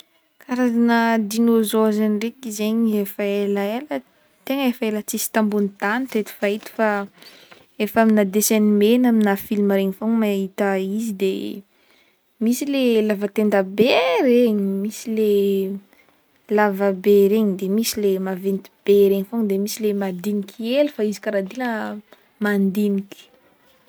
Karazagna dinôzôro zany ndreky zegny efa elaela e fa ela tsisy tambonin-tany teto fahita efa amina dessin animé na amina filma igny fogna mahita izy de misy le lava tenda be regny, misy le lava be regny, de misy le maventy be regny fogna de misy le madiniky hely fa izy kara dila mandiniky.